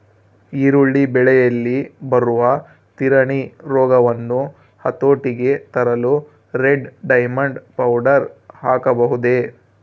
ಈರುಳ್ಳಿ ಬೆಳೆಯಲ್ಲಿ ಬರುವ ತಿರಣಿ ರೋಗವನ್ನು ಹತೋಟಿಗೆ ತರಲು ರೆಡ್ ಡೈಮಂಡ್ ಪೌಡರ್ ಹಾಕಬಹುದೇ?